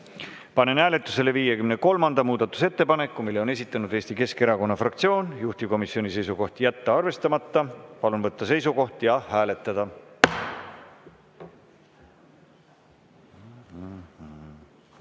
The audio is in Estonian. Panen hääletusele 53. muudatusettepaneku. Selle on esitanud Eesti Keskerakonna fraktsioon. Juhtivkomisjoni seisukoht on jätta arvestamata. Palun võtta seisukoht ja hääletada!